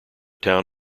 town